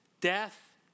death